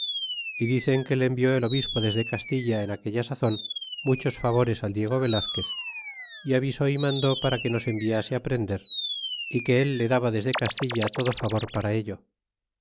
y dicen que le envió el obispo desde castilla en aquella sazon muchos favores al diego velazquez é avisó é mandó para que nos enviase prender y que él le daba desde castilla todo favor para ello